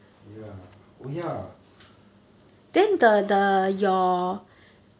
ya oh ya